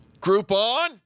Groupon